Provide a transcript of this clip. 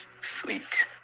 Sweet